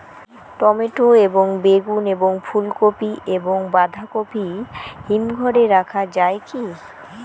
Tomato এবং বেগুন এবং ফুলকপি এবং বাঁধাকপি হিমঘরে রাখা যায় কি?